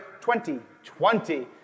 2020